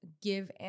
give